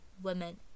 women